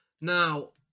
Now